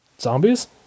Zombies